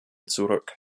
zurück